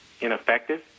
ineffective